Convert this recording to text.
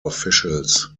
officials